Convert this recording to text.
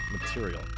material